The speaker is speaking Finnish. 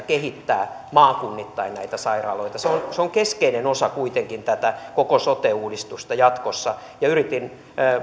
kehittää maakunnittain näitä sairaaloita se on se on keskeinen osa kuitenkin tätä koko sote uudistusta jatkossa ja yritin